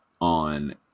on